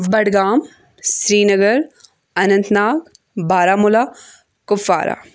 Budgam Srinagar Anantnag Baramulla Kupwara